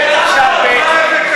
למה לא?